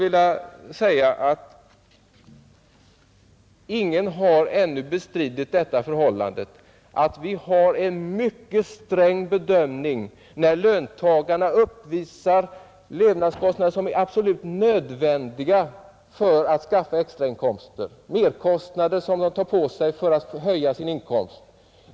Ingen har ännu bestritt att vi har en mycket sträng bedömning när löntagarna uppvisar merkostnader som de tar på sig och som är absolut nödvändiga för att de skall kunna skaffa extrainkomster.